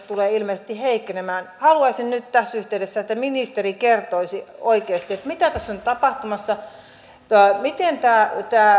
tulee ilmeisesti heikkenemään haluaisin nyt tässä yhteydessä että ministeri kertoisi oikeasti mitä tässä on tapahtumassa miten tämä